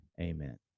amen